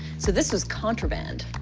so this was contraband.